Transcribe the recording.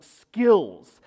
skills